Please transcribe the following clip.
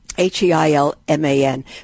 H-E-I-L-M-A-N